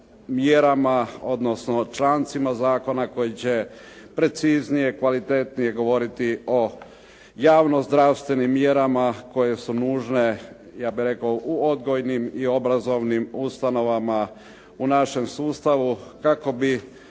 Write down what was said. mjerama, odnosno člancima zakona koji će preciznije, kvalitetnije govoriti o javno-zdravstvenim mjerama koje su nužne, ja bih rekao u odgojnim i obrazovnim ustanovama u našem sustavu kako bi